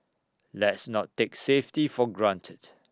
let's not take safety for granted